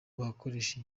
bakoresha